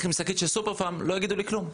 בדרך עם שקית של סופר פארם לא יגידו לי כלום.